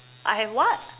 I have what